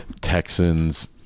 texans